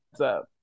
up